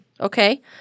Okay